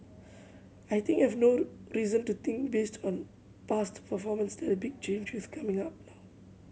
I think have no reason to think based on past performance that big change is coming now